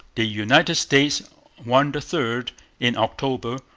the united states won the third in october,